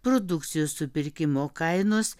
produkcijos supirkimo kainos